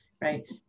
right